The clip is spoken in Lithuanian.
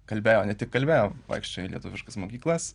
kalbėjo ne tik kalbėjo vaikščiojo į lietuviškas mokyklas